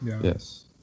yes